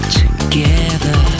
together